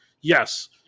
yes